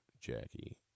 Jackie